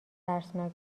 ترسناک